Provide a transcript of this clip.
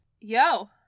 Yo